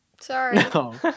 Sorry